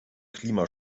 klima